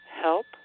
help